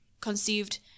conceived